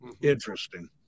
interesting